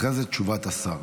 אחרי זה תשובת השר.